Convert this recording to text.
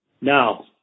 Now